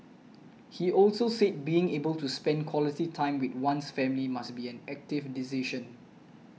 he also said being able to spend quality time with one's family must be an active decision